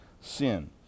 sin